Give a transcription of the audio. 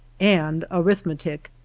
and arithmetic.